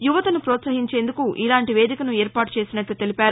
యువతను ప్రోత్సహించేందుకు ఇలాంటి వేదికను ఏర్పాటు చేసినట్లు తెలిపారు